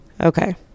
okay